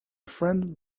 friend